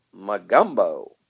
Magumbo